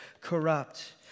corrupt